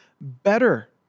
better